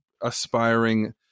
aspiring